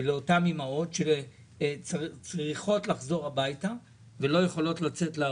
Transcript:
לאותן אימהות שצריכות לחזור הביתה כי הן לא יכולות לצאת לעבוד.